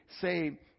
say